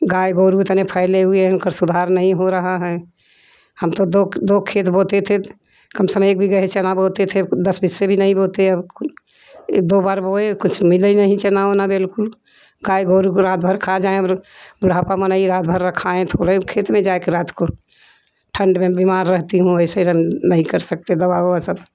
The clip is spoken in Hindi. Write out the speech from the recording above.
गाय गरु उतने फैले हुए है उनके सुधार नहीं हो रहा है हम तो दो दो खेत बोते थे कमसे कम एक बिगह चना बोते थे दस पैसे भी नहीं बोते अब दो बार बोये कुछ मिला ही नहीं चना उना बिलकुल गाय गरु रात भर खा जाये बुढ़ापा मनही रात भर रखाए थोड़े खेत में जायके रात को ठण्ड में बीमार रहती हूँ वैसे नहीं कर सकते दावा उआ सब